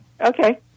Okay